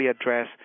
address